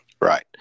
Right